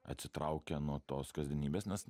atsitraukia nuo tos kasdienybės nes